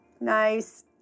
Nice